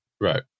right